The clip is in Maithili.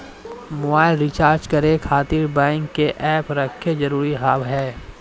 मोबाइल रिचार्ज करे खातिर बैंक के ऐप रखे जरूरी हाव है?